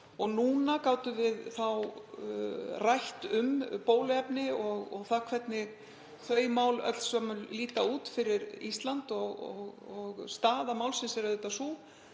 Núna gátum við rætt um bóluefni og það hvernig þau mál öllsömul líta út fyrir Ísland. Staða málsins er sú